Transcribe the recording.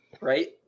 right